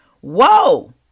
Whoa